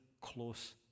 close